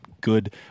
good